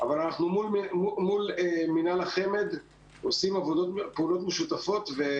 אבל אנחנו עושים פעולות משותפות מול מינהל